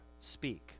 speak